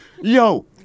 Yo